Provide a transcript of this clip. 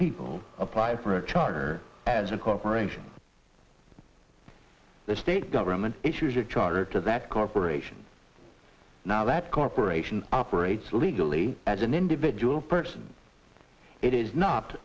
people apply for a charter as a corporation the state government issued a charter to that corporation now that corporation operates legally as an individual person it is not